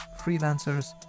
freelancers